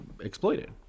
exploited